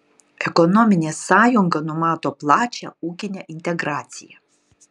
ekonominė sąjunga numato plačią ūkinę integraciją